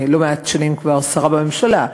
לא מעט שנים כבר שרה בממשלה,